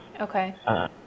Okay